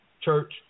Church